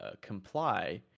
comply